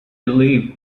believe